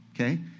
okay